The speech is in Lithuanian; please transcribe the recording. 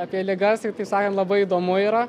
apie ligas ir kaip sakant labai įdomu yra